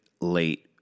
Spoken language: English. late